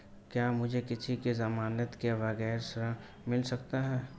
क्या मुझे किसी की ज़मानत के बगैर ऋण मिल सकता है?